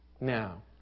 Now